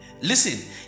Listen